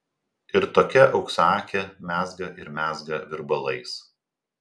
ir tokia auksaakė mezga ir mezga virbalais